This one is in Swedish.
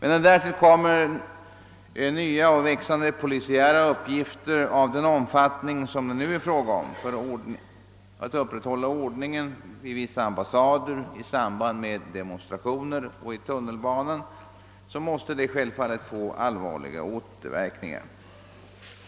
När det tillkommer polisiära uppgifter av den omfattning, som det nu är fråga om för ordningshållning vid vissa ambassader, i samband med demonstrationer och i tunnelbanan, blir återverkningarna självfallet allvarliga.